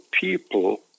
people